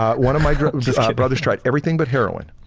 ah one of my brothers tried everything but heroin.